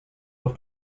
els